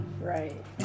Right